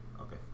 Okay